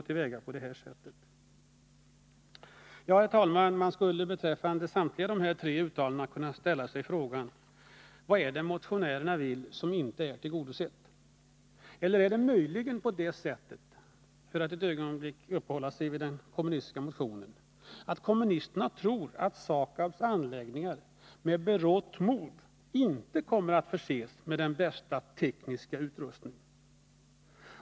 Ja, herr talman, man skulle beträffande samtliga dessa tre uttalanden kunna fråga sig: Vad är det motionärerna vill? Vad är det som inte är tillgodosett? Är det möjligen på det sättet, om jag för ett ögonblick får uppehålla mig vid den kommunistiska motionen, att kommunisterna tror att SAKAB:s anläggning med berått mod inte kommer att förses med bästa möjliga tekniska utrustning?